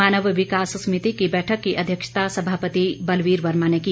मानव विकास समिति की बैठक की अध्यक्षता सभापति बलवीर वर्मा ने की